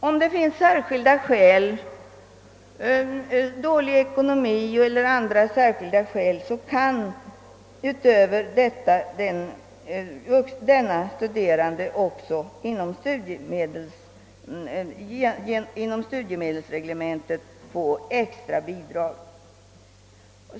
Om den studerandes ekonomi är dålig eller om andra särskilda skäl föreligger, ger studiemedelsreglementet också möjlighet för den studerande att få extra bidrag.